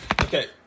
Okay